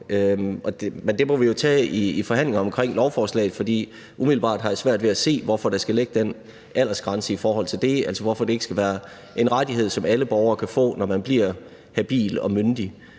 det må vi jo tage i forhandlingerne omkring lovforslaget, for umiddelbart har jeg svært ved at se, hvorfor der skal ligge den aldersgrænse, altså hvorfor det ikke skal være en rettighed, som alle borgere kan få, når man bliver habil og myndig.